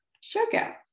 sugar